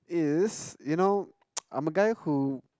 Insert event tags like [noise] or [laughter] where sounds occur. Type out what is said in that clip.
is you know [noise] I'm a guy who